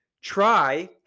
Try